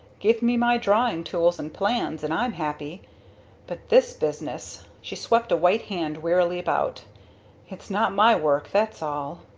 give me my drawing tools and plans and i'm happy but this business she swept a white hand wearily about it's not my work, that's all.